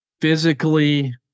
physically